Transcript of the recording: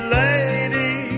lady